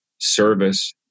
service